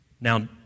Now